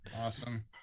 awesome